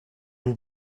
will